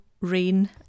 rain